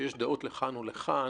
שיש דעות לכאן ולכאן,